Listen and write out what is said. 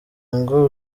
ngo